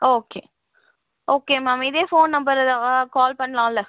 okay okay ma'am இதே phone number call பண்ணலாம்ல